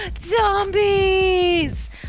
Zombies